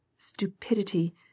stupidity